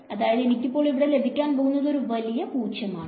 അതായത് എനിക്കിപ്പോൾ ഇവിടെ ലഭിക്കാൻ പോകുന്നത് ഒരു വലിയ പൂജ്യം ആണ്